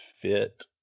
fit